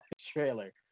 trailer